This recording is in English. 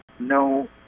No